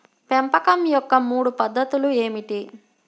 పెంపకం యొక్క మూడు పద్ధతులు ఏమిటీ?